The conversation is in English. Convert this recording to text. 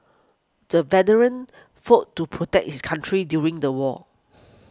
the veteran fought to protect his country during the war